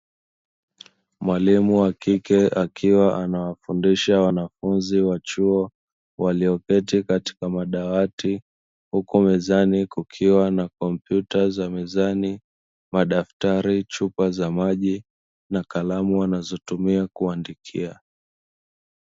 Mwalimu wakike akiwa anafundisha wanafunzi wa chuo walioketi katika madawati huku mezani kukiwa na kompyuta za mezani, madaftari, chupa za maji na kalamu wanazotumia kuandikia.